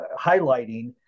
highlighting